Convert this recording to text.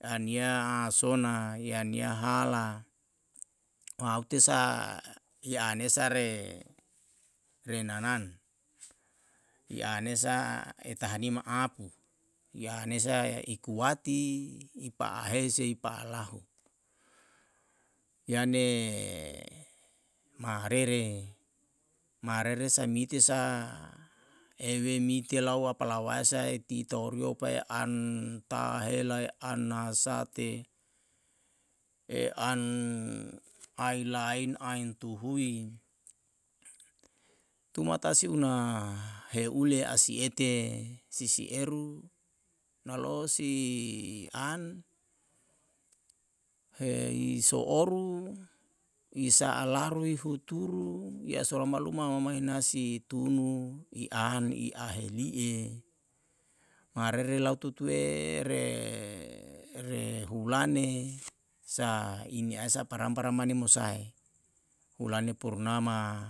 An ya asona i an ya hala, aute sa i ane sare renanan ia ane sa e tahani ma apu i ane sa ikuati i pa'ahe sei pa'alahu. yane marere, marere sai mite sa ewe mite lawa palawae sae tito orio pae an tahelae an nasate e an ailain ain tuhui. tumata si una heule a siete si sieru nalo'o si an he iso'oru i sa'a laru i huturu yasola maluma mamae hinasi tunu i an i aheli'e marere lau tutue re hulane sa ini asa parang parang mane mo sae hulane purnama